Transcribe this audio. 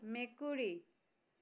মেকুৰী